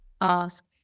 ask